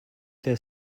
their